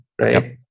right